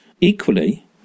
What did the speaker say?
Equally